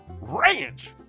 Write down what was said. Ranch